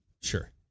sure